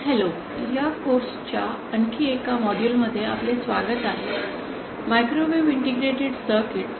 hello या course च्या आणखी एका मॉड्यूल मध्ये आपले स्वागत आहे मायक्रोवेव्ह इंटिग्रेटेड सर्किट्स